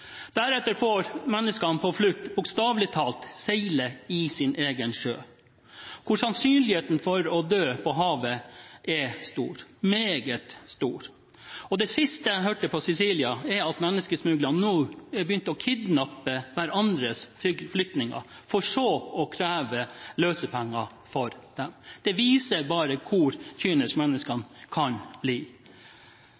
Deretter får menneskene på flukt bokstavelig talt seile sin egen sjø, hvor sannsynligheten for å dø på havet er stor, meget stor. Det siste jeg hørte på Sicilia, var at menneskesmuglerne nå har begynt å kidnappe hverandres flyktninger, for så å kreve løsepenger for dem. Det viser bare hvor kyniske menneskene kan bli.